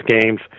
games